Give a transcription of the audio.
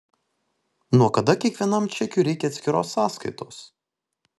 nuo kada kiekvienam čekiui reikia atskiros sąskaitos